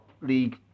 league